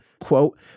quote